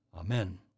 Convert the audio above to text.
Amen